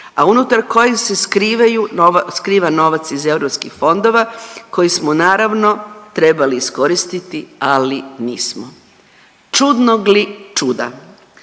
a unutar koje se skrivaju, skriva novac iz EU fondova koji smo naravno, trebali iskoristiti, ali nismo. Čudnog li čuda.